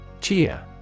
Chia